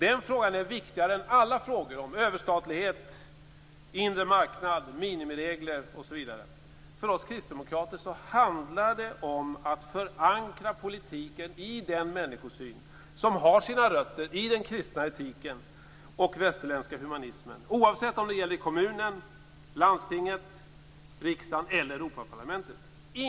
Den frågan är viktigare än alla frågor om överstatlighet, inre marknad, minimiregler osv. För oss kristdemokrater handlar det om att förankra politiken i den människosyn som har sina rötter i den kristna etiken och västerländska humanismen, oavsett om det gäller kommunen, landstinget, riksdagen eller Europaparlamentet.